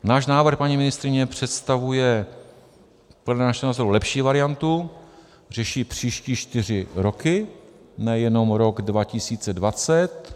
Náš návrh, paní ministryně, představuje podle našeho názoru lepší variantu, řeší příští čtyři roky, nejenom rok 2020.